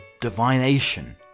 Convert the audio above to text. divination